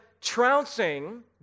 trouncing